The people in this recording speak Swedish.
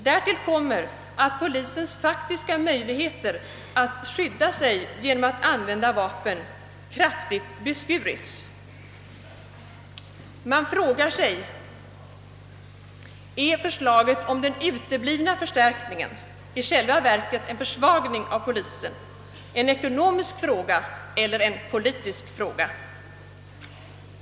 Därtill kommer att polisens faktiska möjligheter att skydda sig genom att använda vapen kraftigt beskurits. Man frågar sig: Är förslaget om den uteblivna förstärkningen — i själva verket försvagningen av polisen — en ekonomisk eller politisk fråga?